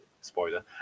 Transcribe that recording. spoiler